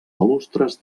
balustres